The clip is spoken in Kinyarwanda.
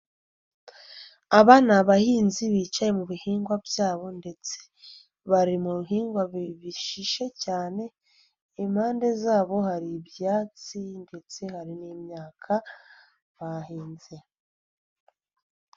Aba ni abahinzi bicaye mu bihingwa byabo ndetse bari mu bihingwa bishishe cyane, impande zabo hari ibyatsi ndetse hari n'imyaka bahinze.